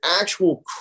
actual